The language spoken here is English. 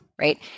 right